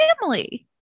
family